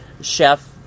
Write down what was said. chef